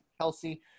Kelsey